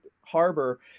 harbor